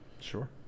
sure